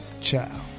ciao